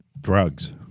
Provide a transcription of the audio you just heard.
Drugs